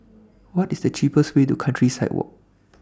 What IS The cheapest Way to Countryside Walk